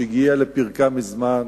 שהגיעה לפרקה מזמן,